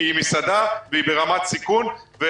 כי היא מסעדה והיא ברמת סיכון.